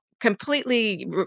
completely